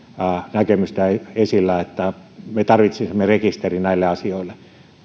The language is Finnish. näkemystä esillä että me tarvitsisimme rekisterin näille asioille